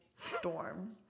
storm